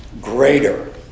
greater